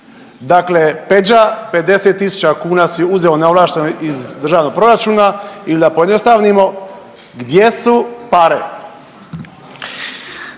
50 tisuća kuna si uzeo neovlašteno iz državnog proračuna ili da pojednostavnimo, gdje su pare?